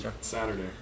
Saturday